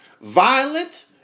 violent